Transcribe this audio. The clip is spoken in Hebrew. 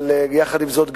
אבל עם זאת,